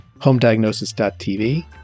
HomeDiagnosis.tv